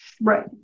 right